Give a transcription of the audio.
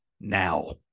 now